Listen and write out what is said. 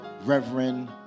Reverend